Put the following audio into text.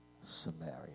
Samaria